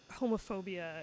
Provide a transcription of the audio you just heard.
homophobia